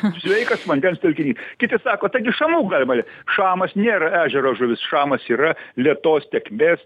sveikas vandens telkinys kiti sako taigi šamų galima le šamas nėra ežero žuvis šamas yra lėtos tėkmės